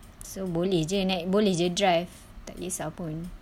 so boleh jer naik boleh jer drive tak kesah pun